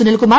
Sunilkumar